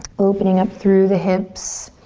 opening up through the hips,